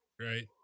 right